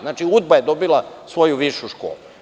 Znači, UDBA je dobila svoju višu školu.